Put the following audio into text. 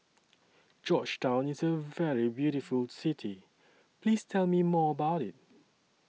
Georgetown IS A very beautiful City Please Tell Me More about IT